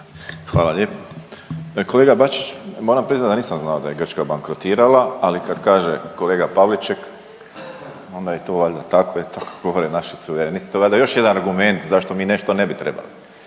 Hvala lijepo. Kolega Bačić moram priznati da nisam znao da je Grčka bankrotirala, ali kad kaže kolega Pavliček onda je to valjda tako jer to govore naši suverenisti, to je valjda još jedan argument zašto mi nešto ne bi trebali,